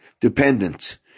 dependent